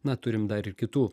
na turim dar ir kitų